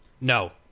No